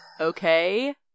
okay